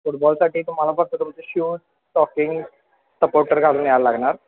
फुटबॉलसाठी तुम्हाला फक्त तुमचे शूज टॉकिंग सपोर्टर घालून यायला लागणार